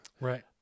Right